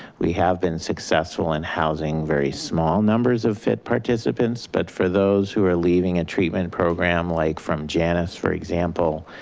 we have been successful in housing very small numbers of fit participants. but for those who are leaving a treatment program, like from janus, for example,